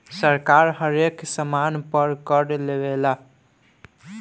सरकार हरेक सामान पर कर लेवेला